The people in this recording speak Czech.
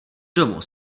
domu